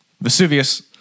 Vesuvius